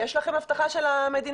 יש לכם הבטחה של המדינה.